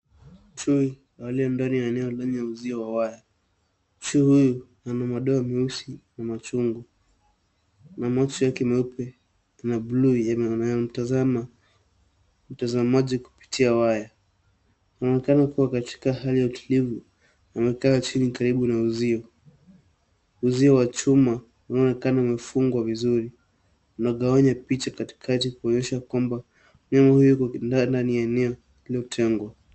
Chui aliyendani ya eneo iliyo na uzio ya waya. Chui huyu ana madoa meusi na machungu na macho yake nyeupe na buluu yenye yanamtazama mtazamaji kupitia waya. Anaonekana kuwa katika hali ya utulivu, amekaa chini karibu na uzio, uzio wa chuma unaonekana umefungwa vizuri unagawanya picha katikati kuonyesha kwamba mnyama huyo ako ndani ya eneo iliyotengwa.